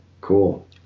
Cool